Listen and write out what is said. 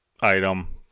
item